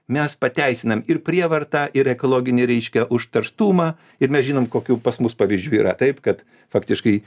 mes pateisinam ir prievartą ir ekologinį reiškia užterštumą ir mes žinom kokių pas mus pavyzdžių yra taip kad faktiškai